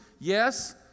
Yes